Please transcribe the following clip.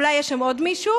ואולי יש שם עוד מישהו,